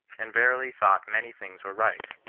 and verily thought many things were right,